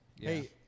Hey